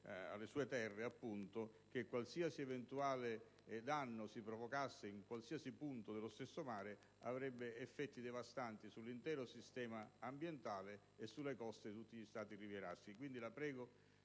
alle sue terre che qualsiasi eventuale danno si provocasse in qualsiasi punto dello stesso avrebbe effetti devastanti sull'intero sistema ambientale e sulle coste di tutti gli Stati rivieraschi.